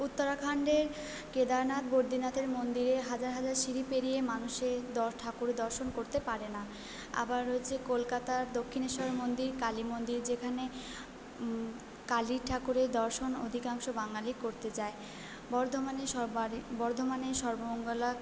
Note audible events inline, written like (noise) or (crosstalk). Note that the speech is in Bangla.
উত্তরাখান্ডের কেদারনাথ বদ্রিনাথের মন্দিরে হাজার হাজার সিঁড়ি পেরিয়ে মানুষের ঠাকুরের দর্শন করতে পারে না আবার হচ্ছে কলকাতার দক্ষিণেশ্বর মন্দির কালী মন্দির যেখানে কালী ঠাকুরের দর্শন অধিকাংশ বাঙালি করতে যায় বর্ধমানের (unintelligible) বর্ধমানের সর্বমঙ্গলা